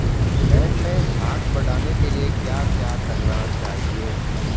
Bank मैं साख बढ़ाने के लिए क्या क्या करना चाहिए?